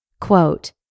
Quote